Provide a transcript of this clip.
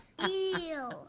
Ew